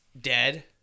dead